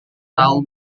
tahu